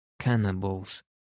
cannibals